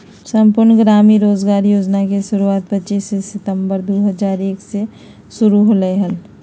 संपूर्ण ग्रामीण रोजगार योजना के शुरुआत पच्चीस सितंबर दु हज़ार एक मे शुरू होलय हल